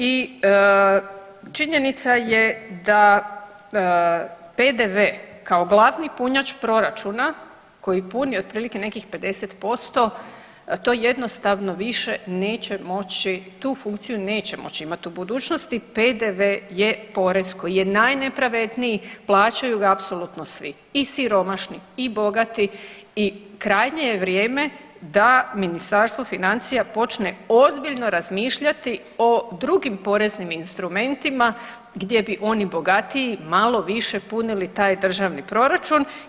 I činjenica je da PDV kao glavni punjač proračuna, koji puni otprilike nekih 50% to jednostavno više neće moći tu funkciju neće moći imati u budućnosti, PDV je porez koji je najnepravedniji plaćaju ga apsolutno svi i siromašni i bogati i krajnje je vrijeme da Ministarstvo financija počne ozbiljno razmišljati o drugim poreznim instrumentima gdje bi oni bogatiji malo više punili taj državni proračun.